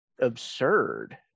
absurd